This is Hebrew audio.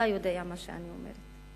אתה יודע מה שאני אומרת,